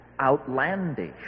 outlandish